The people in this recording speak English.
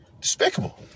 Despicable